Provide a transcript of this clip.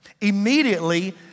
Immediately